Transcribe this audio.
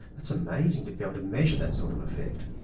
it's amazing to be able to measure that sort of effect.